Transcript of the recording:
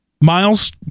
Miles